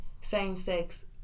same-sex